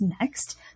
next